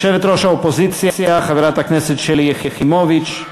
יושבת-ראש האופוזיציה חברת הכנסת שלי יחימוביץ,